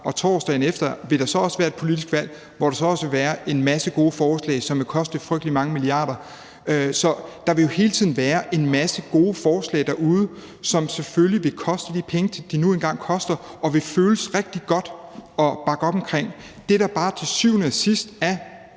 Og torsdagen efter vil der så også være et politisk valg, hvor der så også vil være en masse gode forslag, som vil koste frygtelig mange milliarder. Så der vil jo hele tiden være en masse gode forslag derude, som selvfølgelig vil koste de penge, de nu engang koster, og som vil føles rigtig godt at bakke op om. Det, der bare til syvende og sidst er